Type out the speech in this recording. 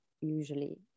usually